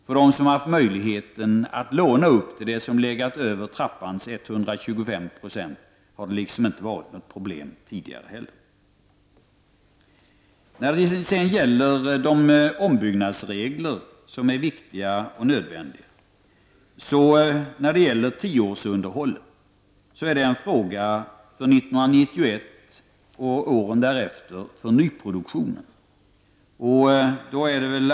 För dem som har haft möjlighet att låna upp till det som legat över trappans 125 % har det inte varit något problem tidigare heller. De ombyggnadsregler som är viktiga och nödvändiga samt tioårsunderhållet är en fråga för nyproduktionen år 1991 och åren därefter.